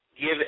give